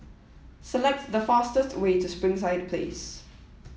select the fastest way to Springside Place